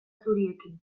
zuriekin